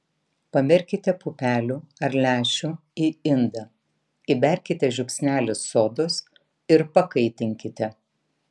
pamerkite pupelių ar lęšių į indą įberkite žiupsnelį sodos ir pakaitinkite